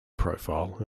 profile